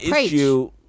issue